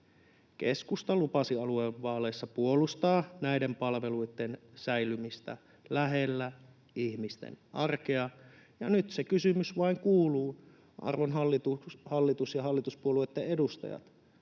keskusta lupasi aluevaaleissa puolustaa näiden palveluitten säilymistä lähellä ihmisten arkea, ja nyt se kysymys vain kuuluu, arvon hallitus ja hallituspuolueitten edustajat: